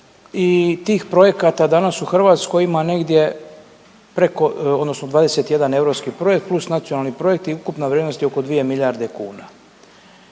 i tih projekata danas u Hrvatskoj ima negdje preko odnosno 21 europski projekt plus nacionalni projekti i ukupna vrijednost je oko 2 milijarde kuna.